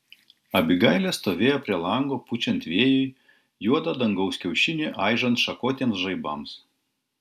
abigailė stovėjo prie lango pučiant vėjui juodą dangaus kiaušinį aižant šakotiems žaibams